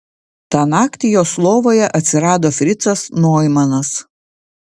tą naktį jos lovoje atsirado fricas noimanas